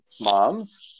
moms